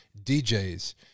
DJs